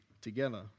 together